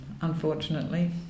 unfortunately